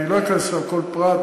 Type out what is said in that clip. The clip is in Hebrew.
ואני לא אכנס לכל פרט.